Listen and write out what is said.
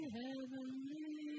heavenly